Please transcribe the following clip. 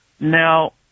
Now